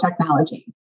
technology